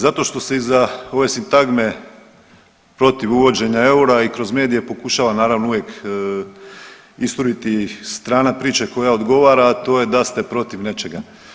Zato što se iza ove sintagme protiv uvođenja eura i kroz medije pokušava naravno uvijek isturiti strana priča koja odgovara, a to je da ste protiv nečega.